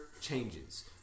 changes